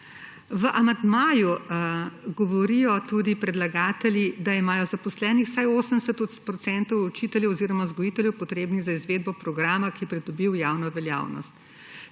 V amandmaju govorijo tudi predlagatelji, da imajo zaposleni vsaj 80 % učiteljev oziroma vzgojiteljev, potrebnih za izvedbo programa, ki je pridobil javno veljavnost.